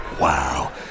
Wow